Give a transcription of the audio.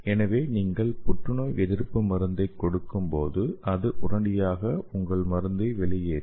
எனவே நீங்கள் புற்றுநோய் எதிர்ப்பு மருந்தைக் கொடுக்கும்போது அது உடனடியாக உங்கள் மருந்தை வெளியேற்றும்